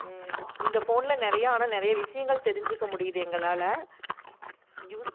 இந்த ஃபோன்ல நிறைய ஆனால் நிறைய விஷயங்கள் தெரிஞ்சிக்க முடியுது எங்களால் யூஸ்